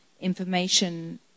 information